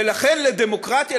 ולכן לדמוקרטיה,